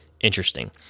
interesting